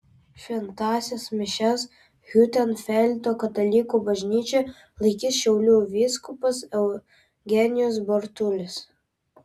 šventąsias mišias hiutenfeldo katalikų bažnyčioje laikys šiaulių vyskupas eugenijus bartulis